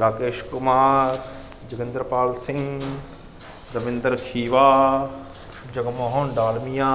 Rakesh Kumar Joginder Pal Singh Raminder Khiva Jagmohan Dalmia